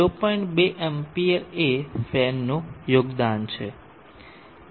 2 amps એ ફેનનું યોગદાન છે